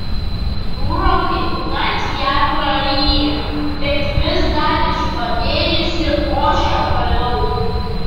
jūra kaipmat ją praryja bet vis dar išbadėjusi ošia toliau